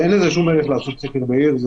ואין שום ערך לעשות סקר בעיר.